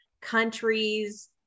countries